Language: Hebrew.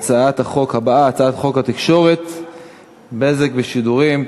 הצעת החוק התקבלה ותועבר להמשך דיון בוועדת העבודה